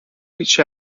rich